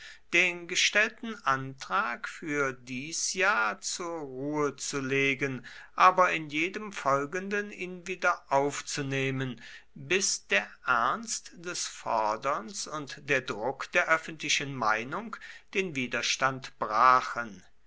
den gestellten antrag für dies jahr zur ruhe zu legen aber in jedem folgenden ihn wiederaufzunehmen bis der ernst des forderns und der druck der öffentlichen meinung den widerstand brachen